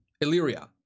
Illyria